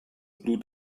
blut